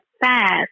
fast